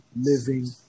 living